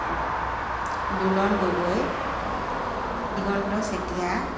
Dulan Gogoi Diganta Chetia